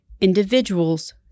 Individuals